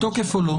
בתוקף או לא?